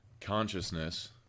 consciousness